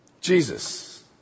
Jesus